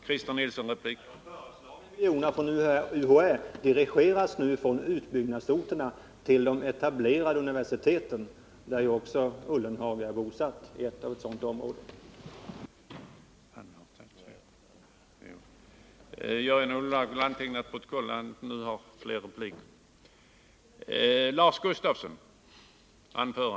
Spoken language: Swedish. Herr talman! De föreslagna miljonerna från UHÄ dirigeras från utbyggnadsorterna till de etablerade universiteten. Jörgen Ullenhag är ju själv bosatt inom ett område med en sådan ort.